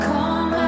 Come